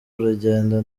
urugendo